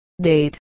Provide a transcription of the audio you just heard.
date